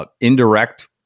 indirect